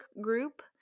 group